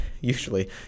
usually